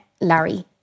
Larry